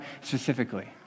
specifically